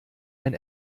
ein